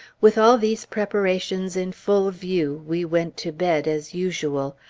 with all these preparations in full view, we went to bed as usual.